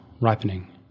ripening